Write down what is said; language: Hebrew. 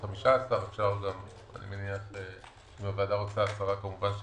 לפי חוק, לקבוע בחוק התקציב בשנה שלאחריה."